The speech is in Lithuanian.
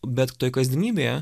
bet toj kasdienybėje